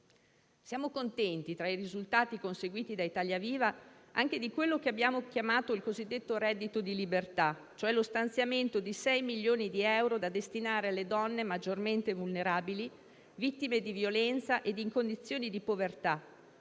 due anni. Tra i risultati conseguiti da Italia Viva, siamo contenti anche di quello che abbiamo chiamato il cosiddetto reddito di libertà, cioè lo stanziamento di sei milioni di euro da destinare alle donne maggiormente vulnerabili, vittime di violenza ed in condizioni di povertà,